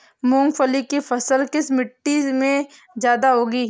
मूंगफली की फसल किस मिट्टी में ज्यादा होगी?